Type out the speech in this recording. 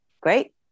great